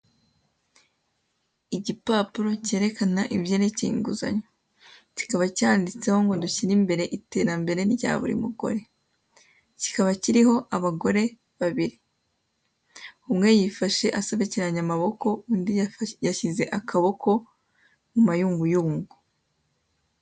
Igipapuro cyerekana ibyerekeye inguzanyo. Kikaba cyanditseho ngo dushyire imbere iterambere rya buri mugore. Kikaba kiriho abagore babiri. Umwe yifashe asobekeranye amaboko undi yashyize akaboko mu mayunguyungu.